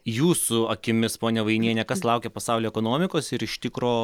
jūsų akimis ponia vainiene kas laukia pasaulio ekonomikos ir iš tikro